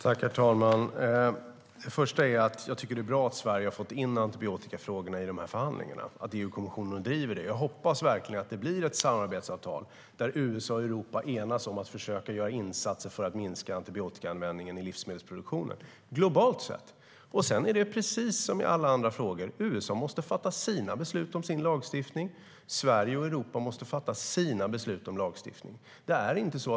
Herr talman! Jag tycker att det är bra att Sverige har fått in antibiotikafrågorna i de här förhandlingarna och att EU-kommissionen driver dem. Jag hoppas verkligen att det blir ett samarbetsavtal där USA och Europa enas om att försöka göra insatser för att minska antibiotikaanvändningen i livsmedelsproduktionen globalt sett. Sedan är det precis som i alla andra frågor att USA måste fatta sina beslut om sin lagstiftning och Sverige och Europa måste fatta sina beslut om sin lagstiftning.